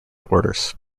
orders